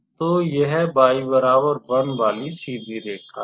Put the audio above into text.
तो यह y 1 वाली सीधी रेखा है